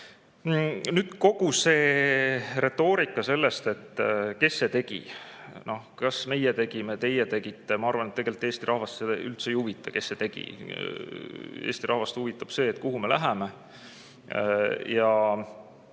Kogu see retoorika algas sellest, et kes see tegi. Kas meie tegime või teie tegite? Ma arvan, et tegelikult Eesti rahvast üldse ei huvita, kes see tegi. Eesti rahvast huvitab see, kuhu me läheme.